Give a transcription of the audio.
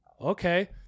okay